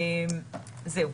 זהו.